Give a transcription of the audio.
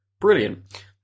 Brilliant